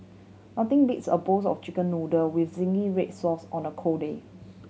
nothing beats a bowls of Chicken Noodle with zingy red sauce on a cold day